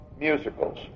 musicals